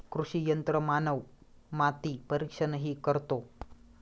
कृषी यंत्रमानव माती परीक्षणही करतो